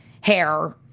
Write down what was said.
hair